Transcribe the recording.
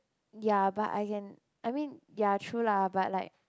ya but I can I mean ya true lah but like